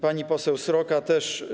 Pani poseł Sroka też.